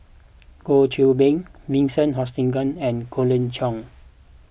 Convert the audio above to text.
Goh Qiu Bin Vincent Hoisington and Colin Cheong